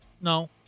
No